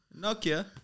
Nokia